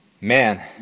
Man